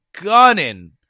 gunning